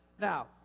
Now